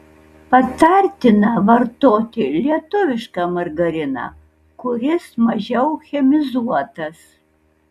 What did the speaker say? patartina vartoti lietuvišką margariną kuris mažiau chemizuotas